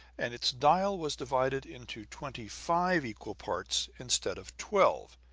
and its dial was divided into twenty-five equal parts, instead of twelve,